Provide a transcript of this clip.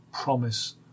promise